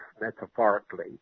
metaphorically